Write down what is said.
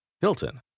Hilton